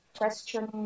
question